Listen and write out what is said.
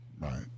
Right